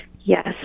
Yes